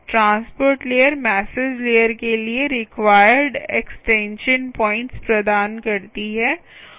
transport layer message layer के लिए required extension points प्रदान करती है